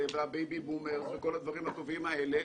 והבייבי בומרס וכל הדברים הטובים האלה,